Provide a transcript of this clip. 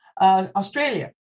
Australia